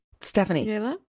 Stephanie